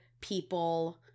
People